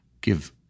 give